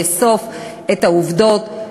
לאסוף את העובדות,